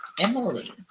Emily